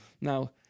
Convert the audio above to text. Now